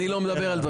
יותר.